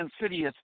insidious